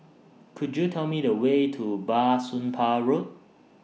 Could YOU Tell Me The Way to Bah Soon Pah Road